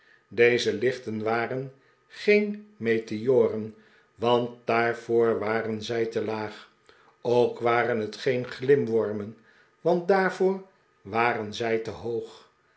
deze iichten waren geen meteoren want daarvoor waren zij te laag ook waren het geen glimwormen want daarvoor waren zij te hoog